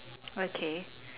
okay